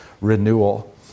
renewal